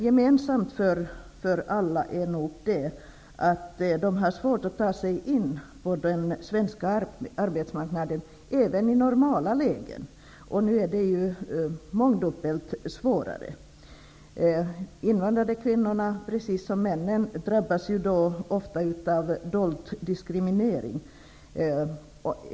Gemensamt för alla invandrade kvinnor är väl att de har svårt att ta sig in på den svenska arbetsmarknaden även i normala lägen. Nu är det mångdubbelt svårare. De invandrade kvinnorna drabbas ofta, precis som männen, av dold diskriminering.